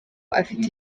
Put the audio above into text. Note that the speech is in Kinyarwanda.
afite